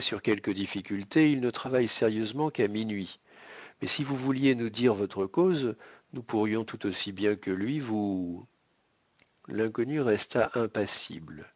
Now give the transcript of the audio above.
sur quelques difficultés il ne travaille sérieusement qu'à minuit mais si vous vouliez nous dire votre cause nous pourrions tout aussi bien que lui vous l'inconnu resta impassible